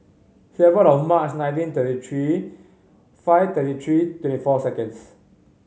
seven of March nineteen thirty three five thirty three twenty four seconds